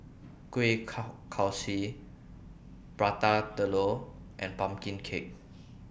Kuih Kaswi Prata Telur and Pumpkin Cake